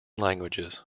languages